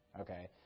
okay